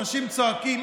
אנשים צועקים,